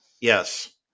Yes